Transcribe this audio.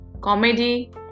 comedy